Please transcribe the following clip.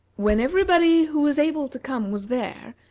when everybody who was able to come was there,